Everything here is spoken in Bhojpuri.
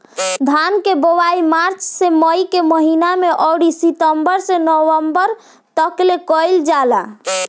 धान के बोआई मार्च से मई के महीना में अउरी सितंबर से नवंबर तकले कईल जाला